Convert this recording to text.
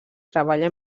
treballa